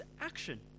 action